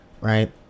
right